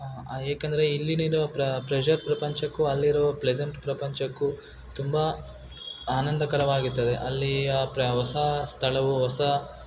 ಇಲ್ಲಿ ನೀನು ಪ್ರ ಪ್ರೆಶರ್ ಪ್ರಪಂಚಕ್ಕೂ ಅಲ್ಲಿರುವ ಪ್ಲೆಸೆಂಟ್ ಪ್ರಪಂಚಕ್ಕೂ ತುಂಬ ಆನಂದಕರವಾಗಿರ್ತದೆ ಅಲ್ಲಿಯ ಪ್ರ ಹೊಸಾ ಸ್ಥಳವು ಹೊಸಾ